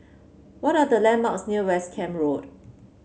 what are the landmarks near West Camp Road